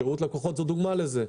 שירות לקוחות זו דוגמה לזה.